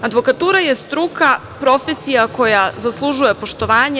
Advokatura je struka, profesija koja zaslužuje poštovanje.